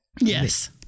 Yes